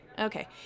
Okay